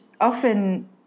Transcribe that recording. often